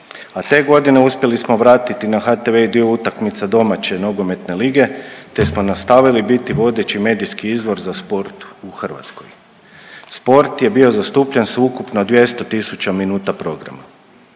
a te godine uspjeli smo vratiti na HTV i dio utakmica domaće nogometne lige te smo nastavili biti vodeći medijski izvor za sport u Hrvatskoj. Sport je bio zastupljen sveukupno 200 tisuća minuta programa.